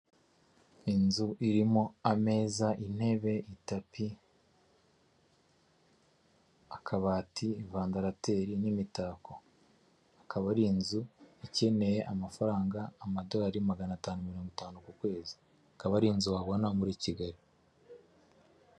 Inzu irimo ameza intebe, itapi akabati vandalateri n'imitako akaba ari inzu ikeneye amafaranga amadorari magana atanu mirongo itanu ku kwezi akaba ari inzu wabona muri Kigali.